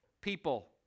people